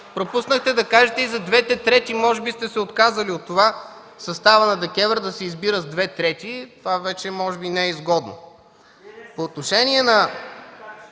пропуснахте да кажете и за двете трети. Може би сте се отказали от това, съставът на ДКЕВР да се избира с две трети?! Това може би вече не е изгодно?! По отношение на